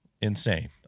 insane